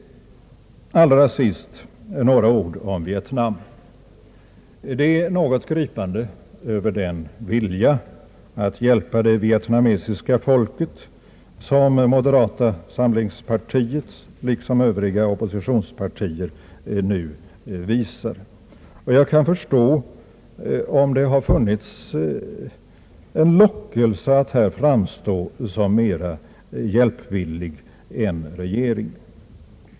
Allra sist några ord om Vietnam! Det är något gripande över den vilja att hjälpa det vietnamesiska folket som moderata samlingspartiet liksom övriga oppositionspartier nu visar. Jag kan förstå om det har funnits en lockelse att framstå som mera hjälpvillig än regeringen.